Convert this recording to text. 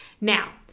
Now